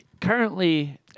Currently